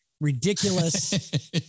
ridiculous